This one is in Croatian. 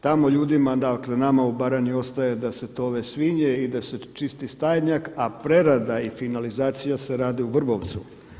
Tamo ljudima, dakle nama u Baranji ostaje da se tove svinje i da se čisti stajnjak a prerada i finalizacija se radi u Vrbovcu.